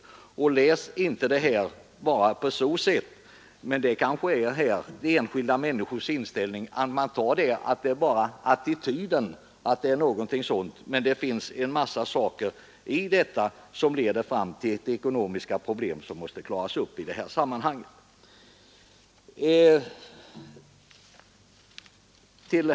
Läs inte på det sättet att ”de enskilda människornas inställning” avser bara attityden. Det finns en massa saker i detta som leder fram till ekonomiska problem som måste klaras upp i sammanhanget.